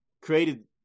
created